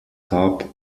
top